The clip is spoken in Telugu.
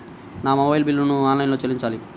నా మొబైల్ బిల్లును ఆన్లైన్లో ఎలా చెల్లించాలి?